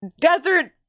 desert